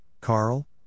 Carl